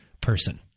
person